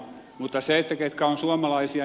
mutta ketkä ovat suomalaisia